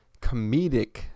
comedic